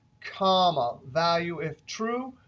comma, value if true.